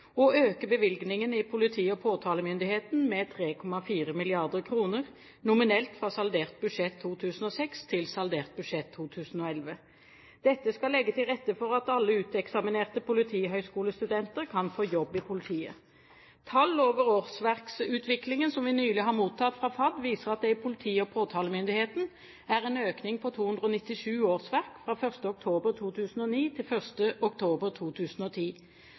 å øke bevilgningen til politi- og påtalemyndigheten med 3,4 mrd. kr nominelt fra saldert budsjett 2006 til saldert budsjett 2011. Dette skal legge til rette for at alle uteksaminerte politihøgskolestudenter kan få jobb i politiet. Tall over årsverksutviklingen som vi nylig har mottatt fra FAD, viser at det i politi- og påtalemyndigheten er en økning på 297 årsverk fra 1. oktober 2009 til 1. oktober 2010.